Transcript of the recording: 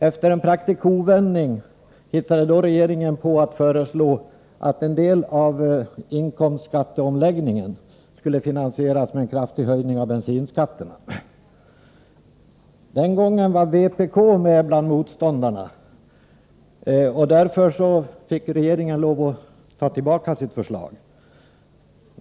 Efter en präktig kovändning hittade regeringen då på att föreslå att inkomstskatteomläggningen i viss utsträckning skulle finansieras genom en kraftig höjning av bensinskatterna. Den gången var även vänsterpartiet kommunisterna motståndare till regeringsförslaget. Därför fick regeringen lov att ta tillbaka sitt förslag.